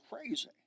crazy